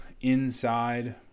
inside